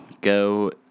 Go